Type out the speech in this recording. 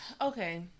okay